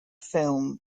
film